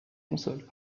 console